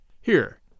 Here